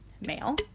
male